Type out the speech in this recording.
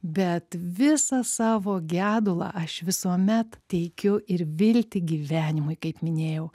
bet visą savo gedulą aš visuomet teikiu ir viltį gyvenimui kaip minėjau